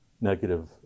negative